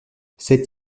c’est